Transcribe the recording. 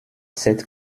sept